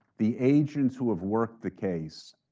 the agents who have worked the case,